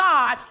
God